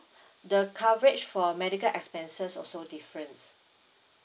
the coverage for medical expenses also difference